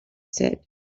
said